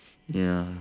ya